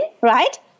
right